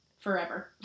forever